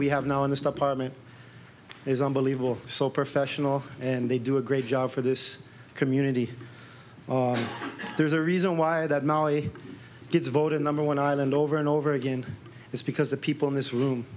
we have now in the stop army is unbelievable so professional and they do a great job for this community there's a reason why that molly gets voted number one island over and over again is because the people in this room